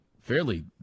fairly